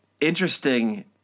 Interesting